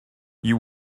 you